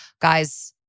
guys